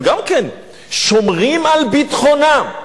גם הם, שומרים על ביטחונם.